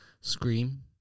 Scream